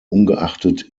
ungeachtet